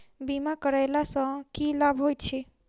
बीमा करैला सअ की लाभ होइत छी?